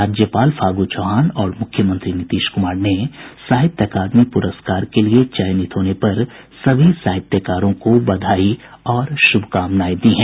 राज्यपाल फागू चौहान और मुख्यमंत्री नीतीश कुमार ने साहित्य अकादमी पुरस्कार के लिए चयनित होने पर सभी साहित्यकारों को बधाई और शुभकामनाएं दी हैं